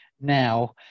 now